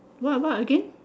what what again